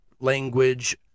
language